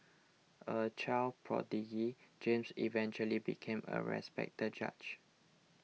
a child prodigy James eventually became a respected judge